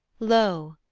lo!